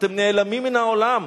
אתם נעלמים מן העולם.